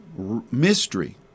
mystery